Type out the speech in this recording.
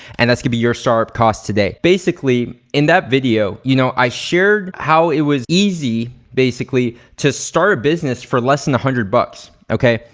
and that's gonna be your startup cost today. basically, in that video you know i shared how it was easy basically to start a business for less than a hundred bucks, okay?